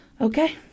okay